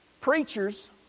Preachers